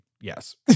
yes